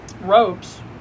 ropes